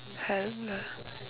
haven't lah